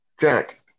Jack